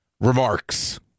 remarks